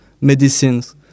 medicines